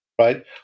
right